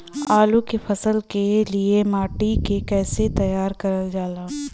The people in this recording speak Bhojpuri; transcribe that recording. आलू क फसल के लिए माटी के कैसे तैयार करल जाला?